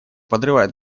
подрывает